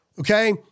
Okay